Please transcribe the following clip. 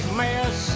mess